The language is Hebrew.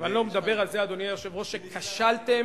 אבל זה על הזמן שלך.